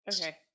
Okay